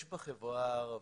יש בחברה הערבית,